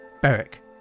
Beric